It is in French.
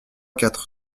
quatre